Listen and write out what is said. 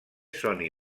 soni